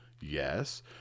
Yes